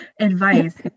advice